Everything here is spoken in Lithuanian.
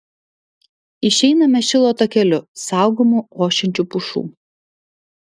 išeiname šilo takeliu saugomu ošiančių pušų